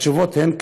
התשובות הן,